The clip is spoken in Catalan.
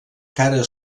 cara